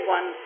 One